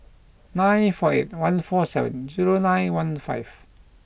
nine four eight one four seven zero nine one five